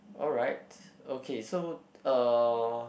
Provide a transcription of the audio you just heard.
alright okay so uh